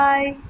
Bye